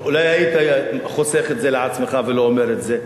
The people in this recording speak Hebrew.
אולי היית חוסך את זה לעצמך ולא אומר את זה?